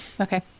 okay